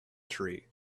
tree